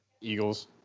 Eagles